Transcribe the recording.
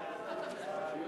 חוק